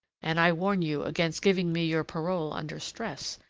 and i warn you against giving me your parole under stress,